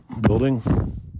building